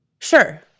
Sure